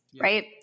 right